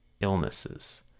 illnesses